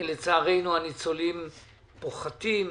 לצערנו הניצולים פוחתים,